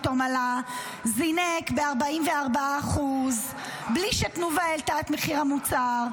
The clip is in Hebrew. שפתאום עלה וזינק ב-44% בלי שתנובה העלתה את מחיר המוצר,